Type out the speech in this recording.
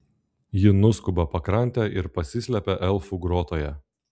ji nuskuba pakrante ir pasislepia elfų grotoje